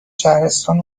شهرستان